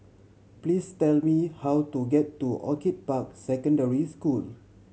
please tell me how to get to Orchid Park Secondary School